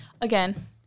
again-